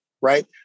right